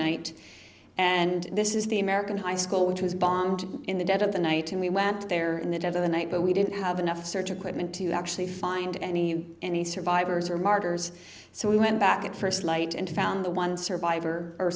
night and this is the american high school which was bombed in the dead of the night and we went there in the dead of the night but we didn't have enough search equipment to actually find any any survivors or martyrs so we went back at first light and found the one survivor